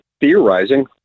theorizing